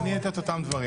אני אגיד את אותם דברים.